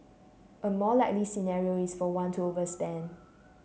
a more likely scenario is for one to overspend